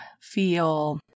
feel